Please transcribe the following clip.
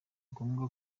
ngombwa